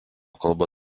kalba